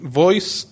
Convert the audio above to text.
voice